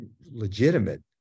legitimate